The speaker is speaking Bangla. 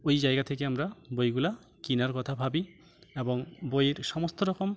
ওই জায়গা থেকে আমরা বইগুলো কেনার কথা ভাবি এবং বইয়ের সমস্ত রকম